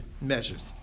measures